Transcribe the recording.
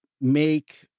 make